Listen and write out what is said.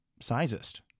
sizest